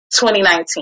2019